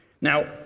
Now